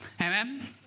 Amen